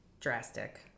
drastic